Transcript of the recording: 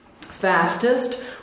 fastest